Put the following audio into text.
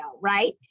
right